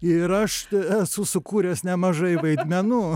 ir aš esu sukūręs nemažai vaidmenų